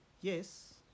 yes